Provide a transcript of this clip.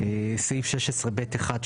הצבעה בעד, 5